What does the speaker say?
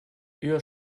eher